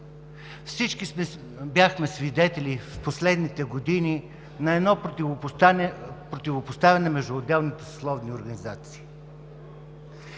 Всички бяхме свидетели в последните години на едно противопоставяне между отделните съсловни организации.